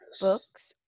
books